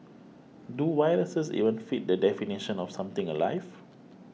do viruses even fit the definition of something alive